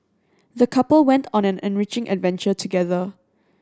the couple went on an enriching adventure together